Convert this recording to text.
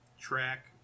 track